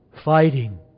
fighting